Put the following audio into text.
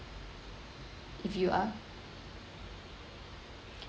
if you are